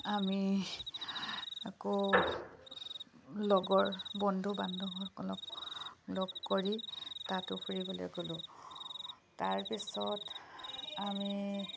আমি আকৌ লগৰ বন্ধু বান্ধৱসকলক লগ কৰি তাতো ফুৰিবলৈ গ'লোঁ তাৰপিছত আমি